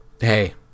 hey